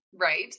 right